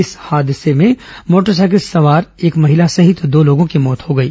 इस हादसे में मोटर साइकिल सवार एक महिला सहित दो लोगों की मौत हो गई